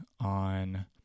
on